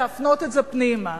להפנות את זה פנימה.